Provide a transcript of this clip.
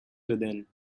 within